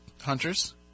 Hunters